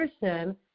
person